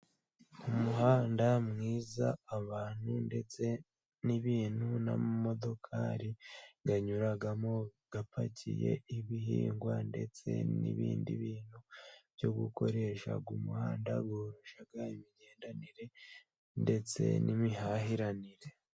Umuhanda mwiza abantu ndetse n'ibintu n'amamodoka anyuramo apakiye ibihingwa ndetse n'ibindi bintu byo gukoresha, umuhanda woroshya imigenderanire ndetse n'imihahiranire.